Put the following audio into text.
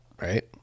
Right